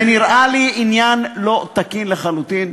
זה נראה לי עניין לא תקין לחלוטין,